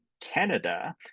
Canada